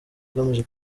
agamije